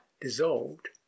dissolved